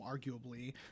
arguably